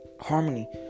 Harmony